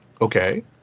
Okay